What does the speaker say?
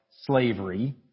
slavery